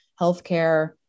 healthcare